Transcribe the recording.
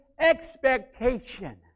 expectation